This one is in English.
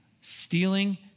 stealing